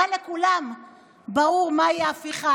הרי לכולם ברור מהי ההפיכה.